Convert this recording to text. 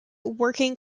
working